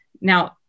now